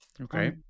Okay